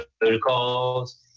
protocols